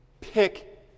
Pick